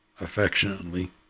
Affectionately